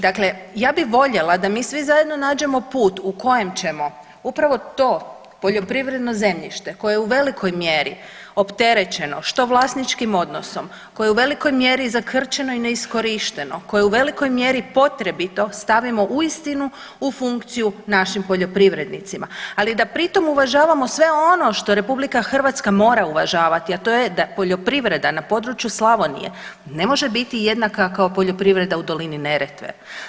Dakle ja bih voljela da mi svi zajedno nađemo put u kojem ćemo upravo to poljoprivredno zemljište koje je u velikoj mjeri opterećeno što vlasničkim odnosom, koje je u velikoj mjeri zakrčeno i neiskorišteno, koje je u velikoj mjeri potrebito stavimo uistinu u funkciju našim poljoprivrednicima, ali da pri tome uvažavamo sve ono što Republika Hrvatska mora uvažavati a to je da poljoprivreda na području Slavonije ne može biti jednaka kao poljoprivreda u dolini Neretve.